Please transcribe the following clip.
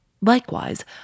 likewise